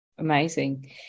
Amazing